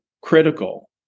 critical